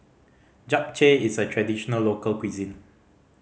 japchae is a traditional local cuisine